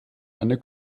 eine